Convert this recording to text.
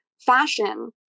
fashion